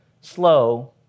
slow